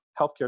healthcare